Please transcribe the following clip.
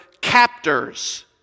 captors